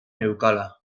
neukala